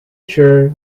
sure